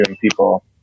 people